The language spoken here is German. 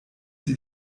sie